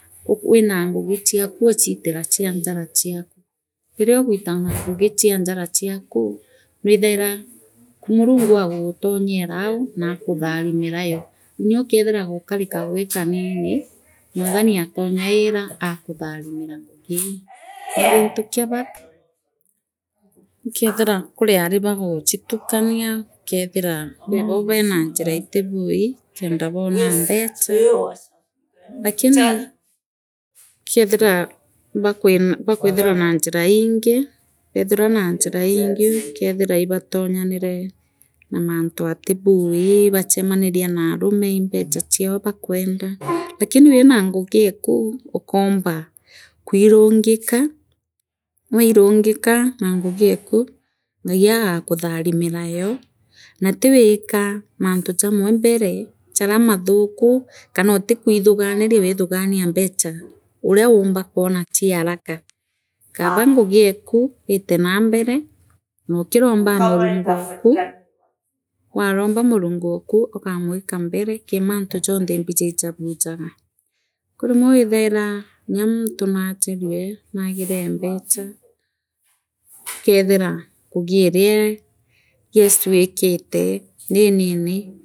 U wina ngugi chiaku uchiitira chia njara chiaku riria ugwita na ngugi chia njara chiaku nwithaira murungu agagutonyerau naakutharimira yoo nyookethira gokari kagugi kwanini mwathani atomyaira aakutharimira ngugitu intu kia bata ukeethira kuriaari baakuchitukania kwibo beena njira itibui kenda boona mbecha lakini ukeethira ibaa ibaakwithira na njira iingi bethira na njira iingi ukethira ibatonyanire naa mantu atibui Ibachemanirie naarumo iimbocha chiao bakwende lakini wina ngugi eku ukoomba kwirungika wairungika na ngugi eku Ngai agakutharimika yoo naa tiwika mantu jamwe mbele jaria mathuku kanootikwithuganina withigania mbicha uria umba kwona chia haraka kaba ngugieku iitenaambere noo kirombaa murungu oku waromba murungu oku ukamwika mbere kii manti jonthe imbiji ijabijaaga kwirimwe withaina nya muntu maajirue naagire mbecha ukoothira ngugi iria yes wiikite niinini.